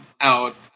out